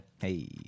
Hey